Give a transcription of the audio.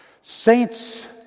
Saints